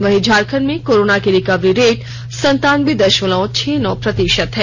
वहीं झारखंड में कोरोना की रिकवरी रेट संतानबे दशमलव छह नौ प्रतिशत है